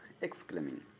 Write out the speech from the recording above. exclaiming